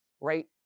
right